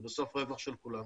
זה בסוף רווח של כולם.